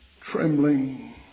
trembling